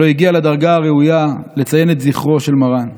שלא הגיעה לדרגה הראויה לציין את זכרו של מרן.